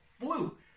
flu